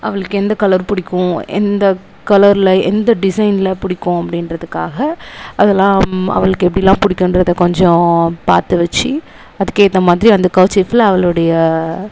அவளுக்கு எந்த கலர் பிடிக்கும் எந்த கலரில் எந்த டிசைனில் பிடிக்கும் அப்படின்றதுக்காக அதெலாம் அவளுக்கு எப்படிலாம் பிடிக்கும்ன்றத கொஞ்சம் பார்த்து வச்சு அதுக்கேற்ற மாதிரி அந்த கர்ச்சீஃப்பில் அவளுடைய